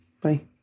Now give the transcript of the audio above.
bye